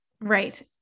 Right